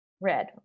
Red